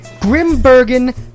Grimbergen